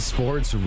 Sports